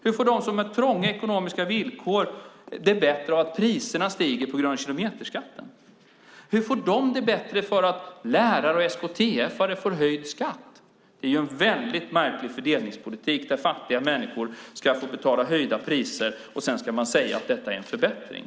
Hur får de som har trånga ekonomiska villkor det bättre av att priserna stiger på grund av kilometerskatten? Hur får de det bättre för att lärare och SKTF:are får höjd skatt? Det är en väldigt märklig fördelningspolitik, där fattiga människor ska få betala höjda priser. Sedan ska man säga att detta är en förbättring.